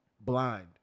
blind